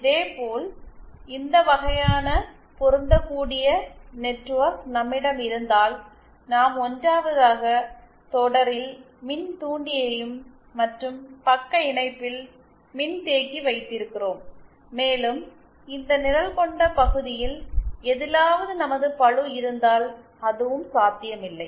இதேபோல் இந்த வகையான பொருந்தக்கூடிய நெட்வொர்க் நம்மிடம் இருந்தால் நாம் 1 வதாக தொடரில் மின் தூண்டியையும் மற்றும் பக்க இணைப்பில் மின்தேக்கி வைத்திருக்கிறோம் மேலும் இந்த நிழல் கொண்ட பகுதியில் எதிலாவது நமது பளு இருந்தால் அதுவும் சாத்தியமில்லை